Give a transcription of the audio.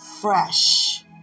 fresh